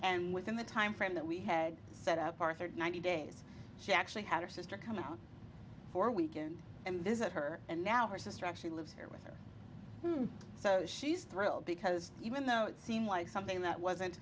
and within the timeframe that we had set up arthur ninety days she actually had her sister come out for weekend and visit her and now her sister actually lives here with her so she's thrilled because even though it seemed like something that wasn't